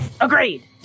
Agreed